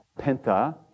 Penta